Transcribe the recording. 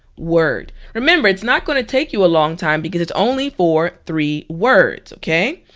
word. remember it's not gonna take you a long time because it's only for three words, okay?